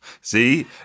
See